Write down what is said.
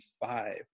five